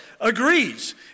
agrees